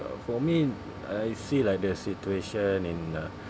for me I see like the situation in uh